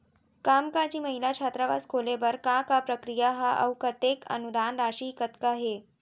कामकाजी महिला छात्रावास खोले बर का प्रक्रिया ह अऊ कतेक अनुदान राशि कतका हे?